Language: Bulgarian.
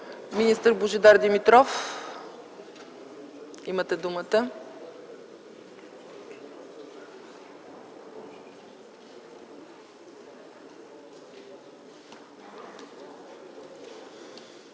Министър Божидар Димитров, имате думата.